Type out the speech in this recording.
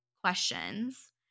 questions